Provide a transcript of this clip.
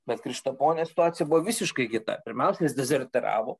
bet krištaponio situacija buvo visiškai kita pirmausia jis dezertyravo